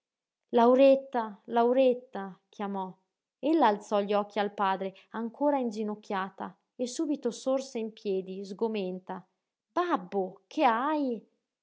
lauretta lauretta chiamò ella alzò gli occhi al padre ancora inginocchiata e subito sorse in piedi sgomenta babbo che hai